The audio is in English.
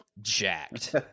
jacked